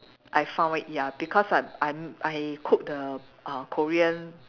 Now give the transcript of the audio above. I found it ya because I I I cook the uh Korean